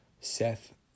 Seth